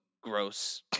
gross